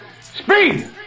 Speed